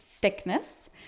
thickness